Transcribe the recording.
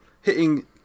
hitting